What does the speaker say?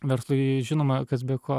verslui žinoma kas be ko